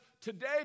today